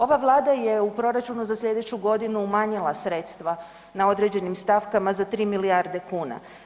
Ova Vlada je u proračunu za sljedeću godinu umanjila sredstva na određenim stavkama za 3 milijarde kuna.